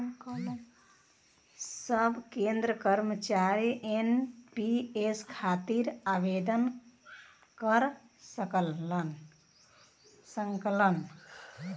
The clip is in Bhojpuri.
सब केंद्र कर्मचारी एन.पी.एस खातिर आवेदन कर सकलन